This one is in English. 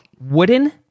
Wooden